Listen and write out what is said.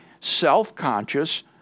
self-conscious